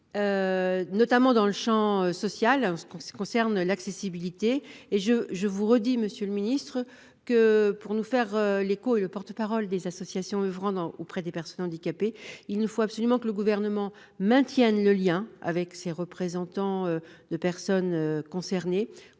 Notamment dans le Champ social parce qu'en ce qui concerne l'accessibilité et je je vous redis monsieur le ministre que pour nous faire l'écho et le porte-parole des associations oeuvrant dans auprès des personnes handicapées. Il ne faut absolument que le gouvernement maintienne le lien avec ses représentants de personnes concernées